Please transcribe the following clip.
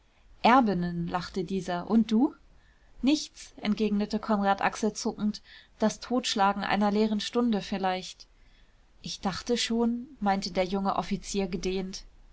erbinnen lachte dieser und du nichts entgegnete konrad achselzuckend das totschlagen einer leeren stunde vielleicht ich dachte schon meinte der junge offizier gedehnt